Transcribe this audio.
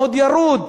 מאוד ירוד.